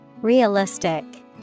realistic